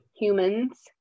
humans